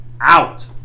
out